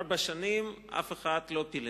ארבע שנים, אף אחד לא פילל,